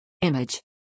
Image